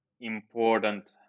important